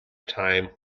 time